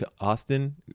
Austin